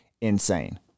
insane